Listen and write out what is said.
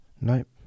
Nope